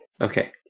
okay